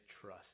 trust